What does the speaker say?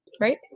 Right